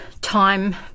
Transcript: time